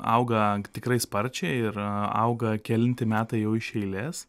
auga ak tikrai sparčiai ir auga kelinti metai jau iš eilės